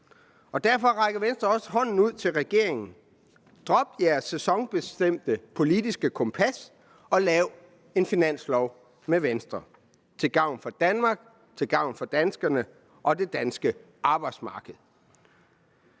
Derfor rækker Venstre også hånden ud til regeringen. Vi opfordrer regeringen til at droppe dens sæsonbestemte politiske kompas og lave en finanslov med Venstre til gavn for Danmark, til gavn for danskerne og det danske arbejdsmarked.